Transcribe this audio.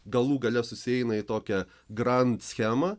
galų gale susieina į tokią grand schemą